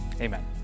Amen